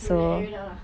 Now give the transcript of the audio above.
then air it out lah